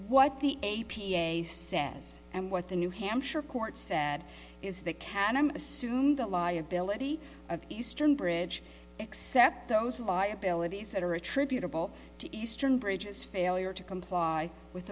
what the a p a says and what the new hampshire court said is that can i'm assuming the liability of eastern bridge except those liabilities that are attributable to eastern bridges failure to comply with